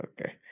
okay